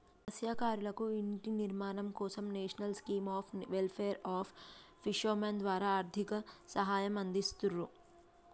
మత్స్యకారులకు ఇంటి నిర్మాణం కోసం national scheme of welfare of fishermen ద్వారా ఆర్థిక సహాయం అందిస్తున్రు